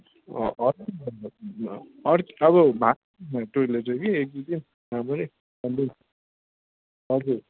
हजुर अब टोयलेट् चाहिँ एक दुई दिन राम्ररी हजुर